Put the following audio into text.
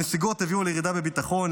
הנסיגות הביאו לירידה בביטחון,